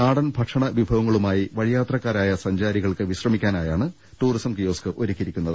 നാടൻ ഭക്ഷണ വിഭവങ്ങളുമായി വ ഴിയാത്രക്കാരായ സഞ്ചാരികൾക്ക് വിശ്രമിക്കാനായാണ് ടൂറിസം കി യോസ്ക് ഒരുക്കിയിരിക്കുന്നത്